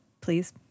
please